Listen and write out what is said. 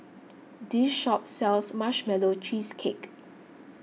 this shop sells Marshmallow Cheesecake